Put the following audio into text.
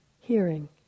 hearing